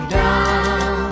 down